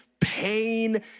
pain